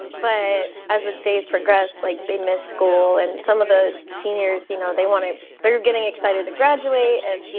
but as the days progressed, like they miss school. and some of the seniors, you know, they want to they're getting excited to graduate and,